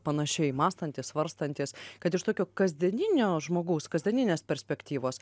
panašiai mąstantys svarstantys kad iš tokio kasdieninio žmogaus kasdieninės perspektyvos